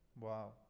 wow